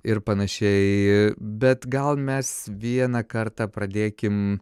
ir panašiai bet gal mes vieną kartą pradėkim